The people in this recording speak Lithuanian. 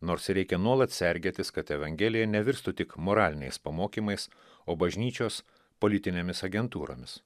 nors ir reikia nuolat sergėtis kad evangelija nevirstų tik moraliniais pamokymais o bažnyčios politinėmis agentūromis